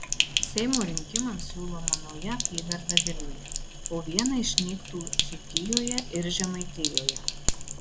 seimo rinkimams siūloma nauja apygarda vilniuje po vieną išnyktų dzūkijoje ir žemaitijoje